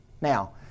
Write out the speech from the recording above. Now